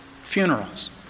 funerals